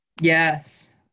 Yes